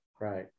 Right